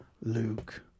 Luke